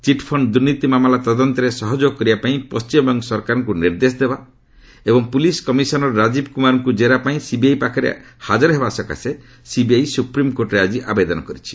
chit fund ଦୁର୍ନୀତି ମାମଲା ତଦନ୍ତରେ ସହଯୋଗ କରିବାପାଇଁ ପଣ୍ଟିମବଙ୍ଗ ସରକାରଙ୍କୁ ନିର୍ଦ୍ଦେଶ ଦେବା ଏବଂ ପୁଲିସ୍ କମିଶନର୍ ରାଜ୍ରୀବ୍ କୁମାରଙ୍କୁ ଜେରାପାଇଁ ସିବିଆଇ ପାଖରେ ତାଙ୍କୁ ହାଜର ହେବା ସକାଶେ ସିବିଆଇ ସୁପ୍ରିମ୍କୋର୍ଟରେ ଆଜି ଆବେଦନ କରିଛି